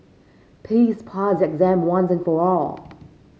please pass exam once and for all